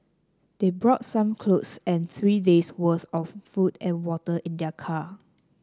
they brought some cloth and three day's worth of food and water in their car